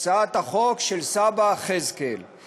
הצעת החוק של סבא חזקאל,